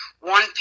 one